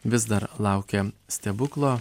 vis dar laukia stebuklo